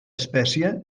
espècie